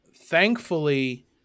Thankfully